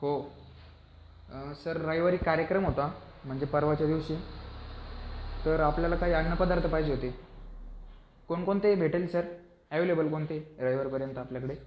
हो सर रविवारी कार्यक्रम होता म्हणजे परवाच्या दिवशी तर आपल्याला काही अन्नपदार्थ पाहिजे होते कोणकोणते भेटेल सर ॲव्हेलेबल कोणते रविवारपर्यंत आपल्याकडे